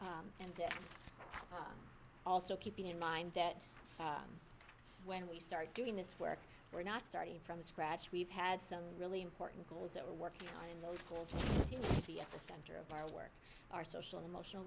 and there was also keeping in mind that when we start doing this work we're not starting from scratch we've had some really important goals that we're working on in those schools to be at the center of our work our social emotional